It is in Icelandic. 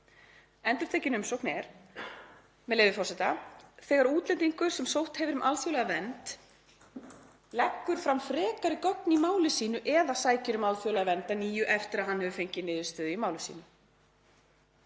„Endurtekin umsókn: Þegar útlendingur, sem sótt hefur um alþjóðlega vernd, leggur fram frekari gögn í máli sínu eða sækir um alþjóðlega vernd að nýju eftir að hann hefur fengið niðurstöðu í máli sínu.“